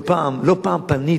לא פעם פניתי,